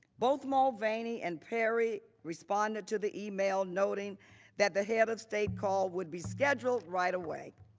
both mulvaney and perry responded to the email noting that the head of state call would be scheduled right away.